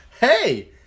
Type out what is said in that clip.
Hey